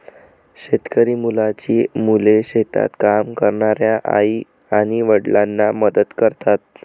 शेतकरी मुलांची मुले शेतात काम करणाऱ्या आई आणि वडिलांना मदत करतात